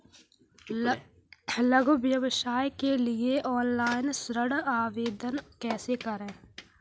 लघु व्यवसाय के लिए ऑनलाइन ऋण आवेदन कैसे करें?